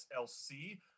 SLC